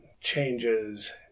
changes